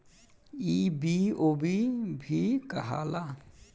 ई बी.ओ.बी भी कहाला